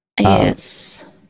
Yes